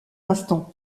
instant